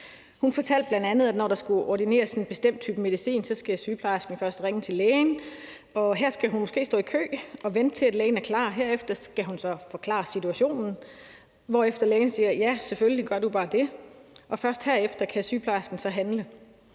Hun fortalte bl.a., at når der skal ordineres en bestemt type medicin, skal sygeplejersken først ringe til lægen. Her skal hun måske sidde i kø og vente på, at lægen er klar. Herefter skal hun så forklare situationen, hvorefter lægen siger: Ja, selvfølgelig, gør du bare det. Først herefter kan sygeplejersken så handle.